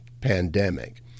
pandemic